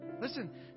Listen